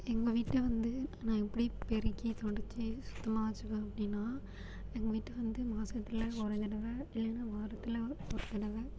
எங்கள் வீட்டில வந்து நான் எப்படி பெருக்கி துடச்சி சுத்தமாக வச்சிருப்பேன் அப்படின்னா எங்கள் வீட்டை வந்து மாசத்தில் ஒரு தடவை இல்லைன்னா வாரத்தில் ஒரு தடவை